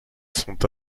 sont